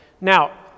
Now